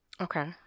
Okay